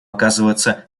оказываться